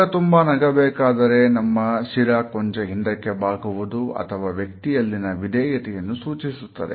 ಮುಖತುಂಬಾ ನಗ ಬೇಕಾದರೆ ನಮ್ಮ ಶಿರಾ ಕೊಂಚ ಹಿಂದಕ್ಕೆ ಬಾಗುವುದು ಹಾಗೂ ವ್ಯಕ್ತಿಯಲ್ಲಿನ ವಿಧೇಯತೆಯನ್ನು ಸೂಚಿಸುತ್ತದೆ